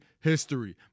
history